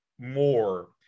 more